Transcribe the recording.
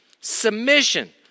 Submission